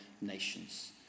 nations